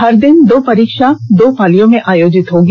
हर दिन दो परीक्षा दो पालियों में आयोजित की जाएगी